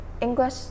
English